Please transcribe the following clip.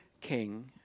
king